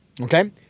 Okay